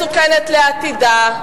מסוכנת לעתידה,